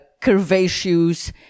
curvaceous